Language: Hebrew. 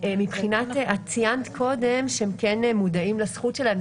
ציינת קודם שהם מודעים לזכות שלהם.